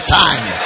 time